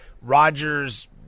Rodgers